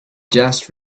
just